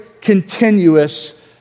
continuous